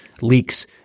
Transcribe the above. leaks